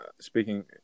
speaking